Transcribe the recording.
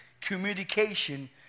communication